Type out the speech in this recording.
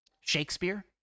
Shakespeare